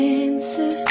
answer